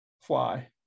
fly